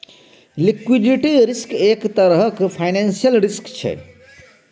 liquidity risk एक तरहक financial risk छै